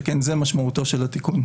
שכן זו משמעותו של התיקון.